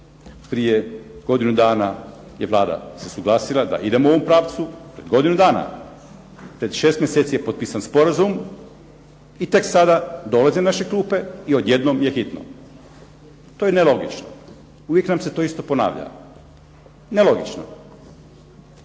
Prije godinu dana je Vlada se suglasila da idemo u pravcu, pred godinu dana, pred 6 mjeseci je potpisan sporazum i tek sada dolazi na naše klupe i odjednom je hitno. To je nelogično. Uvijek nam se to isto ponavlja. Nelogično.